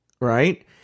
Right